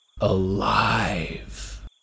alive